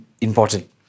important